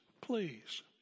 please